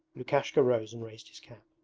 lukashka rose and raised his cap.